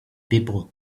people